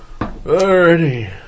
Alrighty